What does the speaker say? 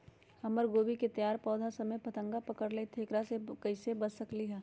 हमर गोभी के तैयार पौधा सब में फतंगा पकड़ लेई थई एकरा से हम कईसे बच सकली है?